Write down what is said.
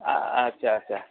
अच्छा अच्छा